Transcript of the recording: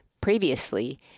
previously